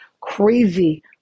crazy